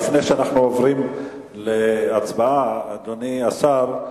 לפני שאנחנו עוברים להצבעה, אדוני השר,